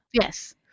Yes